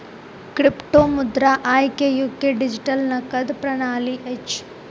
क्रिप्टोमुद्रा आई के युग के डिजिटल नकद प्रणाली अछि